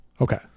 Okay